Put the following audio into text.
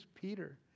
Peter